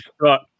Right